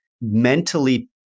mentally